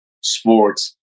sports